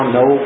no